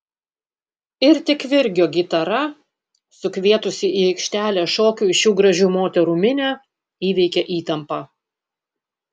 ir tik virgio gitara sukvietusi į aikštelę šokiui šių gražių moterų minią įveikė įtampą